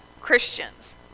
Christians